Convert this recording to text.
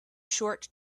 short